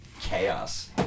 chaos